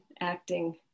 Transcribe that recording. acting